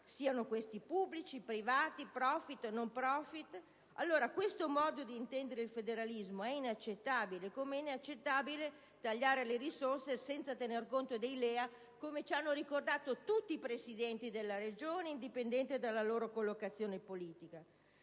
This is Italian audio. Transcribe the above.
siano essi pubblici, privati, *profit*, *no profit*. Questo modo di intendere il federalismo è inaccettabile, come è inaccettabile tagliare le risorse senza tenere conto dei LEA, come ci hanno ricordato tutti i presidenti delle Regioni, indipendentemente dalla loro collocazione politica.